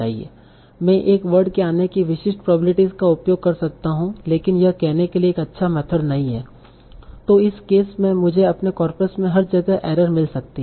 मैं एक वर्ड के आने की विशिष्ट प्रोबेब्लिटी का उपयोग कर सकता हूं लेकिन यह कहने के लिए एक अच्छा मेथड नहीं है तो इस केस में मुझे अपने कॉर्पस में हर जगह एरर मिल सकती हैं